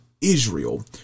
Israel